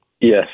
Yes